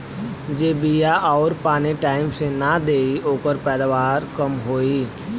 जे बिया आउर पानी टाइम से नाई देई ओकर पैदावार कम होई